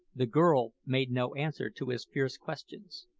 the girl made no answer to his fierce questions,